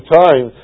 time